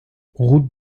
route